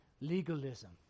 Legalism